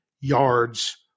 yards